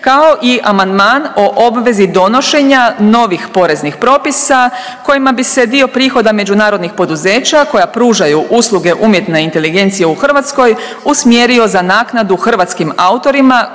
kao i amandman o obvezi donošenja novih poreznih propisa kojima bi se dio prihoda međunarodnih poduzeća koja pružaju usluge umjetne inteligencije u Hrvatskoj usmjerio za naknadu hrvatskim autorima